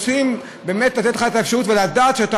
רוצים לתת לך את האפשרות ולדעת שאתה